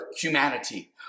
humanity